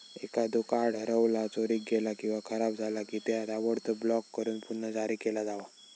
एखादो कार्ड हरवला, चोरीक गेला किंवा खराब झाला की, त्या ताबडतोब ब्लॉक करून पुन्हा जारी केला जावा